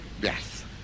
yes